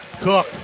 Cook